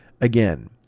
again